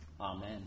Amen